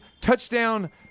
touchdown